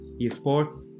eSport